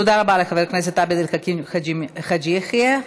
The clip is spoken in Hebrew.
תודה רבה לחבר הכנסת עבד אל חכים חאג' יחיא.